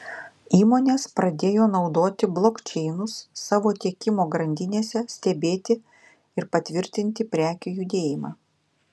įmonės pradėjo naudoti blokčeinus savo tiekimo grandinėse stebėti ir patvirtinti prekių judėjimą